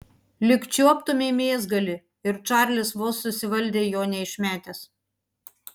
lyg čiuoptumei mėsgalį ir čarlis vos susivaldė jo neišmetęs